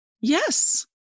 Yes